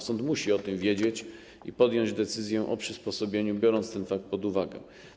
Sąd musi o tym wiedzieć i podjąć decyzję o przysposobieniu, biorąc ten fakt pod uwagę.